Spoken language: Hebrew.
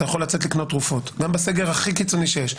אתה יכול לצאת לקנות תרופות גם בסגר הכי קיצוני שיש.